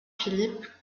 philipe